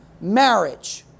marriage